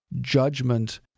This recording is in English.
judgment